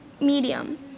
medium